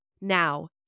Now